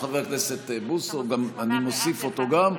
אז חבר הכנסת בוסו, אני מוסיף גם אותו.